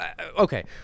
okay